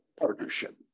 partnership